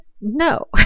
No